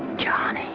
john